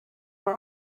are